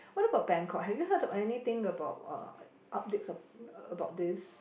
what about Bangkok have you heard of anything about uh updates ab~ about this